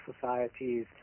societies